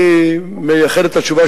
כבוד השר,